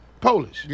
Polish